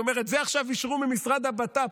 היא אומרת: את זה עכשיו אישרו ממשרד הבט"פ.